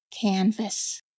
canvas